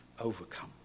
overcome